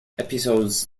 episodes